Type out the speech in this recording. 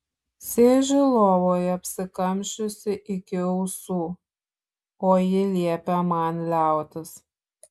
sėdžiu lovoje apsikamšiusi iki ausų o ji liepia man liautis